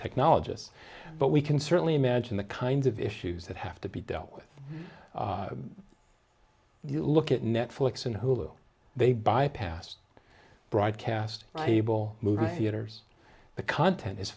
technologists but we can certainly imagine the kind of issues that have to be dealt with you look at netflix and hulu they bypassed broadcast rival movie theaters the content is